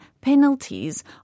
penalties